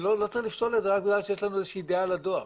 לא צריך לפסול את זה רק בגלל שיש לנו איזושהי דעה על הדואר.